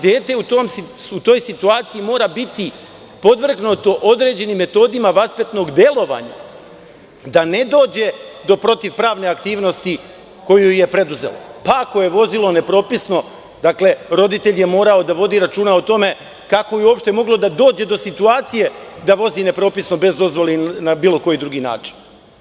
Dete u toj situaciji mora biti podvrgnuto određenim metodima vaspitnog delovanja, da ne dođe do protiv pravne aktivnosti koju je preduzelo, pa ako je vozilo nepropisno, roditelj je morao da vodi računa o tome kako je uopšte moglo da dođe do situacije da vozi nepropisno bez dozvole ili na bilo koji drugi način.